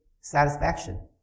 satisfaction